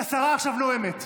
יש שרה שעכשיו נואמת.